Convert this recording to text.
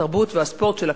התרבות והספורט של הכנסת,